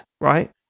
right